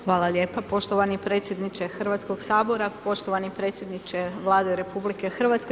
Hvala lijepo poštovani predsjedniče Hrvatskog sabora, poštovani predsjedniče Vlade RH.